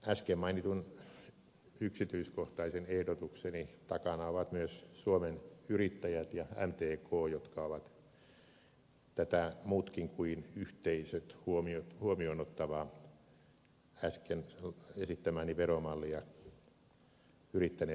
äsken mainitun yksityiskohtaisen ehdotukseni takana ovat myös suomen yrittäjät ja mtk jotka ovat tätä muutkin kuin yhteisöt huomioon ottavaa äsken esittämääni veromallia yrittäneet viedä läpi